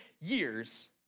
years